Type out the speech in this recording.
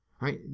right